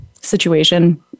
situation